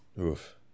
Oof